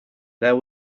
there